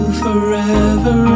forever